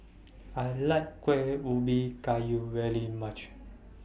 I like Kuih Ubi Kayu very much